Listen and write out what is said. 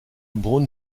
brown